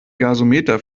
gasometer